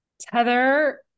Tether